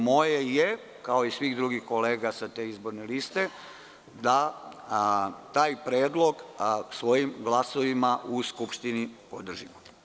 Moje je, kao i svih drugih kolega sa te izborne liste, da taj predlog svojim glasovima u skupštini podržimo.